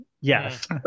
Yes